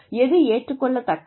எது ஏற்றுக் கொள்ளத்தக்கது